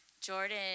Jordan